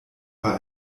war